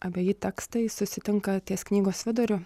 abeji tekstai susitinka ties knygos viduriu